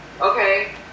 Okay